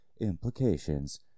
implications